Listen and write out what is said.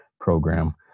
program